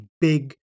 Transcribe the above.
big